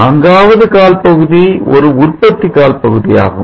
நான்காவது கால் பகுதி ஒரு உற்பத்தி கால் பகுதியாகும்